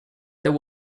there